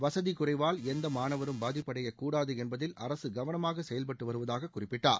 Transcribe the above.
வசதிக்குறைவால் எந்த மாணவரும் பாதிப்படையக்கூடாது என்பதில் அரசு கவனமாக செயல்பட்டு வருவதாக குறிப்பிட்டார்